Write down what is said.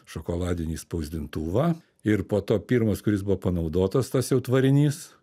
šokoladinį spausdintuvą ir po to pirmas kuris buvo panaudotas tas jau tvarinys